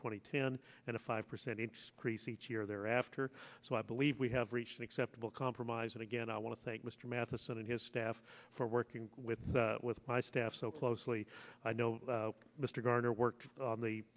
and ten and a five percent increase each year thereafter so i believe we have reached an acceptable compromise and again i want to thank mr matheson and his staff for working with with my staff so closely i know mr garner worked on the